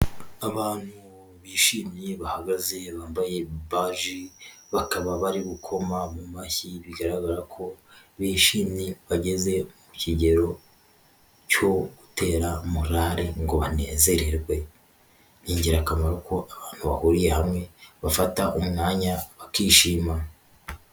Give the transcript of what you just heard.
Abantu bishimye bahagaze bambaye baji bakaba bari gukoma mu mashyi bigaragara ko bishimye bageze mu kigero cyo gutera murale ngo banezererwe, ni ingirakamaro ko abantu bahuriye hamwe bafata umwanya bakishima.